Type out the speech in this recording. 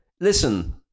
listen